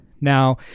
Now